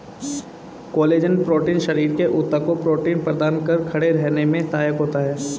collagen protein शरीर के ऊतक को प्रोटीन प्रदान कर खड़े रहने में सहायक होता है